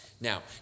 Now